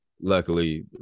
Luckily